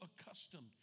accustomed